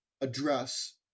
address